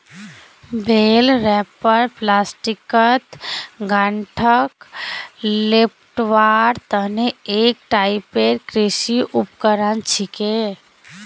बेल wrapper प्लास्टिकत गांठक लेपटवार तने एक टाइपेर कृषि उपकरण छिके